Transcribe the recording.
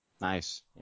Nice